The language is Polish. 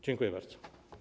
Dziękuję bardzo.